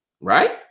Right